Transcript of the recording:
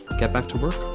get back to work